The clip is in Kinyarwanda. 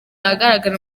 ahagaragara